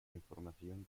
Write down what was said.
información